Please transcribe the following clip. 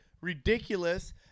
ridiculous